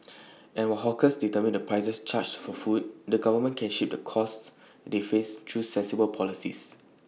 and while hawkers determine the prices charged for food the government can shape the costs they face through sensible policies